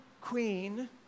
queen